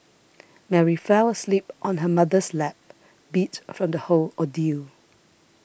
Mary fell asleep on her mother's lap beat from the whole ordeal